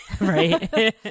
right